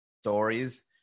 stories